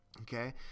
Okay